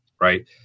right